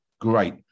Great